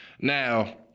Now